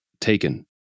taken